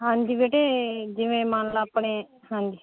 ਹਾਂਜੀ ਬੇਟੇ ਜਿਵੇਂ ਮੰਨ ਲਓ ਆਪਣੇ ਹਾਂਜੀ